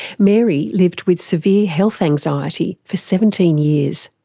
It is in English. mary lived with severe health anxiety for seventeen years.